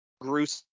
gruesome